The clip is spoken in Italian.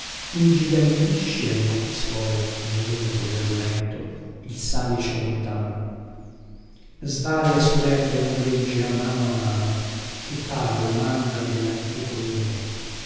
ingigantisce agli occhi suoi nel lume pulverulento il salice e lontano svaria su lerbe un gregge a mano a mano e par la mandra dellantico nume